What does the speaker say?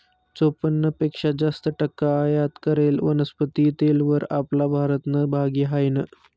चोपन्न पेक्शा जास्त टक्का आयात करेल वनस्पती तेलवर आपला भारतनं भागी हायनं